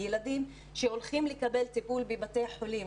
ילדים שהולכים לקבל טיפול בבתי חולים